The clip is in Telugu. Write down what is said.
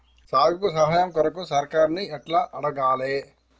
సాగుకు సాయం కొరకు సర్కారుని ఎట్ల అడగాలే?